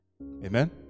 Amen